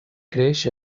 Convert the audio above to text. creix